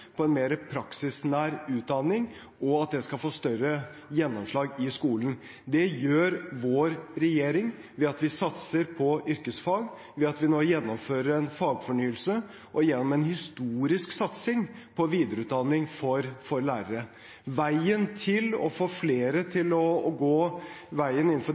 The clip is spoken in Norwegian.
på en mer praksisnær utdanning, og at det skal få større gjennomslag i skolen. Det gjør vår regjering ved at vi satser på yrkesfag, ved at vi nå gjennomfører en fagfornyelse og gjennom en historisk satsing på videreutdanning for lærere. Veien å gå for å få flere